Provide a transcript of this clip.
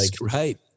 right